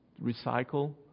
recycle